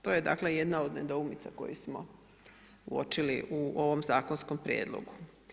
To je dakle jedna od nedoumica koje smo uočili u ovom zakonskom prijedlogu.